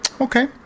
Okay